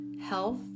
health